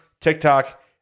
TikTok